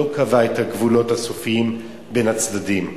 לא קבע את הגבולות הסופיים בין הצדדים.